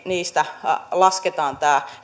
niistä lasketaan